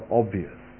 obvious